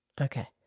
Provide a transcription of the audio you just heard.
Okay